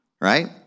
Right